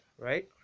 right